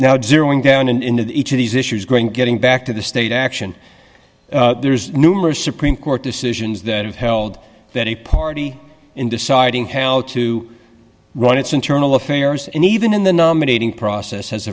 now during down into each of these issues growing getting back to the state action there is numerous supreme court decisions that have held that a party in deciding how to run its internal affairs and even in the nominating process has